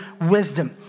wisdom